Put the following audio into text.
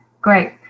great